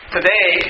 Today